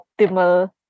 optimal